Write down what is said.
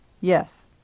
Yes